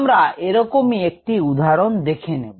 আমরা এরকমই একটি উদাহরণ দেখে নেব